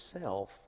self